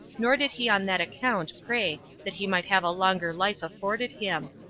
nor did he on that account pray that he might have a longer life afforded him,